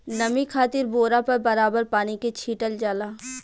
नमी खातिर बोरा पर बराबर पानी के छीटल जाला